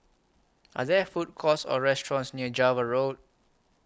Are There Food Courts Or restaurants near Java Road